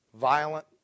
Violent